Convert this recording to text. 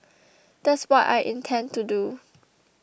that's what I intend to do